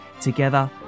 Together